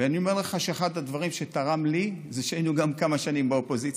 ואני אומר לך שאחד הדברים שתרם לי זה שהיינו גם כמה שנים באופוזיציה.